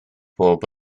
bob